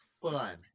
fun